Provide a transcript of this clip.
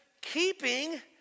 keeping